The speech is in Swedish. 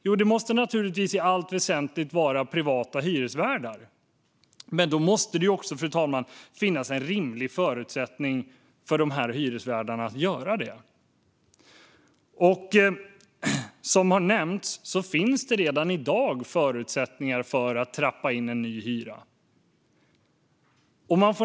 Jo, i allt väsentligt är det naturligtvis privata hyresvärdar, men då måste det också finnas rimliga förutsättningar för dem att göra det. Och som nämnts finns det redan i dag förutsättningar för att trappa in en ny hyra.